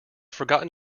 forgotten